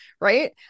right